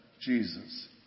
Jesus